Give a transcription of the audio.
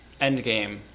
Endgame